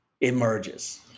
emerges